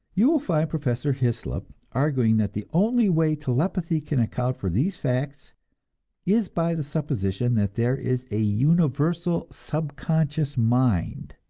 you will find professor hyslop arguing that the only way telepathy can account for these facts is by the supposition that there is a universal subconscious mind,